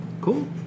Cool